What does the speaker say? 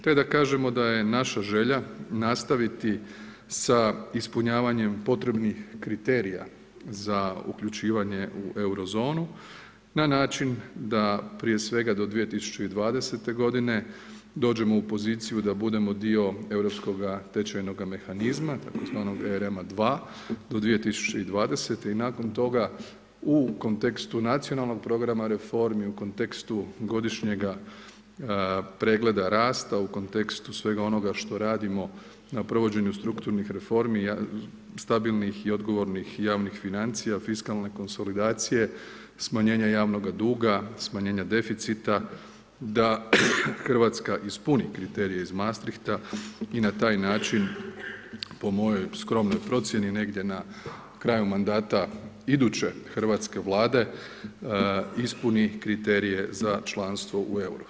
Te da kažemo da je naša želja nastaviti sa ispunjavanjem potrebnih kriterija za uključivanje u euro zonu na način da prije svega do 2020. godine dođemo u poziciju da budemo dio europskoga tečajnoga mehanizma tzv. … [[ne razumije se]] do 2020. i nakon toga u kontekstu nacionalnog programa reformi, u kontekstu godišnjega pregleda rasta, u kontekstu svega onoga što radimo na provođenju strukturnih reformi stabilnih i odgovornih javnih financija, fiskalne konsolidacije, smanjenja javnoga duga, smanjenje deficita da Hrvatska ispuni kriterije iz Maastrichta i na taj način po mojoj skromnoj procjeni negdje na kraju mandata iduće hrvatske Vlade ispuni kriterije za članstvo u euro-u.